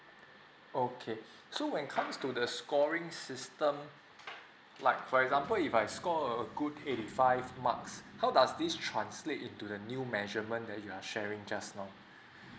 okay so when it comes to the scoring system like for example if I scored a good eighty five marks how does this translate into the new measurement that you are sharing just now